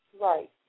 Right